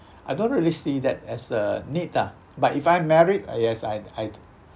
I don't really see that as a need ah but if I'm married ah yes I'd I'd